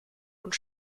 und